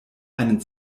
einen